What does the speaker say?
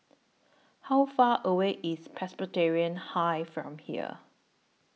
How Far away IS Presbyterian High from here